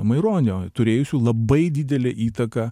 maironio turėjusių labai didelę įtaką